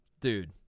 dude